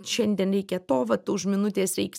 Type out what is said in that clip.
šiandien reikia to vat už minutės reiks